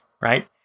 right